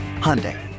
Hyundai